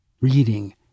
Reading